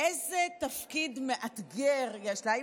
איזה תפקיד מאתגר יש לה,